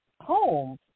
home